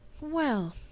Well